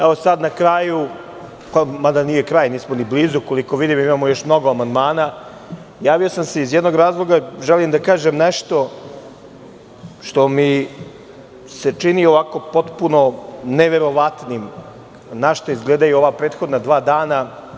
Evo, sad, na kraju, mada nije kraj, nismo ni blizu, koliko vidim imamo imamo još mnogo amandmana, javio sam se iz jednog razloga, želim da kažem nešto što mi se čini potpuno neverovatnim, našta izgledaju i ova dva prethodna dva dana.